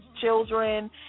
children